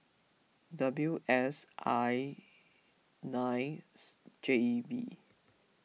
W S I ninth J V